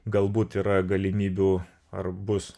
galbūt yra galimybių ar bus